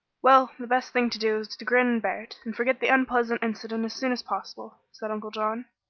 well, the best thing to do is to grin and bear it, and forget the unpleasant incident as soon as possible, said uncle john.